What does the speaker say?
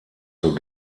zur